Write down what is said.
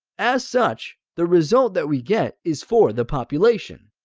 as such, the result that we get is for the population.